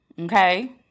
Okay